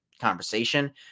conversation